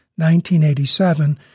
1987